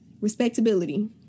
Respectability